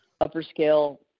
upper-scale